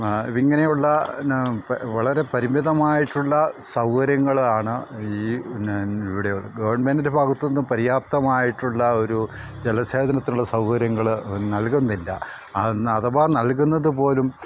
ഇങ്ങനെയുള്ള പിന്നെ വളരെ പരിമിതമായിട്ടുള്ള സൗകര്യങ്ങളാണ് ഈ പിന്നെ ഇവിടെയുള്ള ഗവൺമെൻ്റിൻ്റെ ഭാഗത്ത് നിന്നും പര്യാപ്തമായിട്ടുള്ള ഒരു ജലസേചനത്തിനുള്ള സൗകര്യങ്ങൾ നൽകുന്നില്ല അഥവാ നൽകുന്നത് പോലും